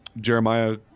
Jeremiah